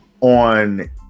on